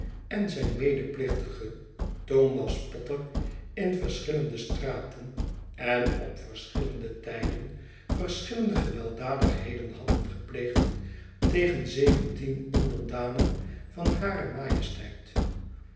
en zijn medeplichtige thomas potter in verschillende straten en op verschillende tijden verschillende gewelddadigheden hadden gepleegd tegen zeventien onderdanen van hare majesteit